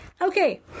Okay